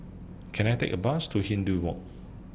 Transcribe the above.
Can I Take A Bus to Hindhede Walk